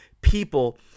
people